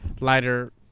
lighter